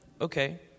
Okay